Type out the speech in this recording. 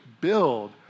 build